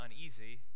uneasy